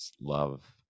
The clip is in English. Love